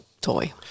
toy